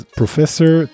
professor